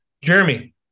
Jeremy